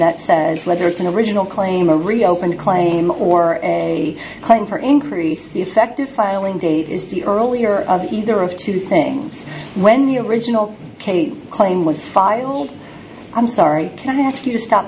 that says whether it's an original claim or reopen a claim or a claim for increase the effective filing date is the earlier of either of two things when the original kate claim was filed i'm sorry can i ask you to stop